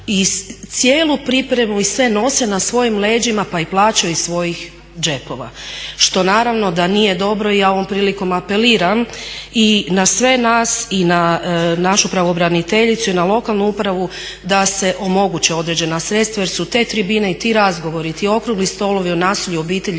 i cijelu pripremu i sve nose na svojim leđima pa i plaćaju iz svojih džepova, što naravno da nije dobro. Ja ovom prilikom apeliram i na sve nas i na našu pravobraniteljicu i na lokalnu upravu da se omoguće određena sredstva jer su te tribine i ti razgovori, ti okrugli stolovi o nasilju u obitelji